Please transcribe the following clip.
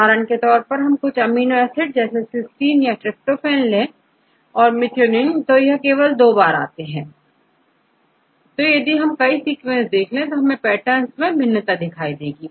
उदाहरण के तौर पर यहां कुछ अमीनो एसिड जैसे cystine और tryptophane और methionine केवल दो बार आते हैं तो यदि आप कई सीक्वेंस देखें तो आपको पेटर्न्स में भिन्नता दिखाई देगी